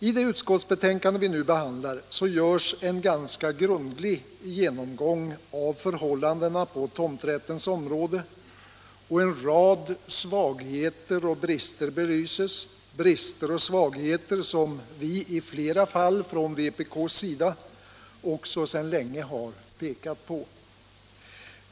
I det utskottsbetänkande vi nu behandlar görs en ganska grundlig genomgång av förhållandena på tomträttens område och en rad brister och svagheter belyses, brister och svagheter som vi i flera fall från vpk:s sida också sedan länge har pekat på.